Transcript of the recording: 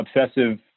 obsessive